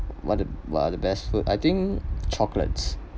what're the what're the best food I think chocolates